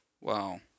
Wow